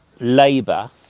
labour